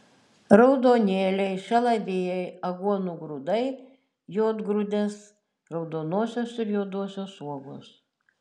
raudonėliai šalavijai aguonų grūdai juodgrūdės raudonosios ir juodosios uogos